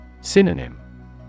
Synonym